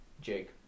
Jake